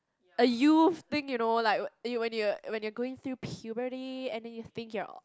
a youth thing you know like when you are when you are going through puberty and then you think you are